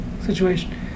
situation